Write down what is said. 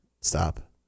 stop